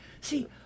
see